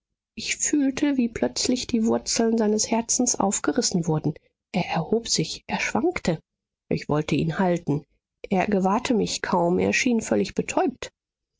ich fühlte wie plötzlich die wurzeln seines herzens aufgerissen wurden er erhob sich er schwankte ich wollte ihn halten er gewahrte mich kaum er schien völlig betäubt